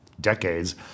decades